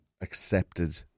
accepted